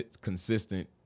consistent